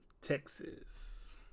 Texas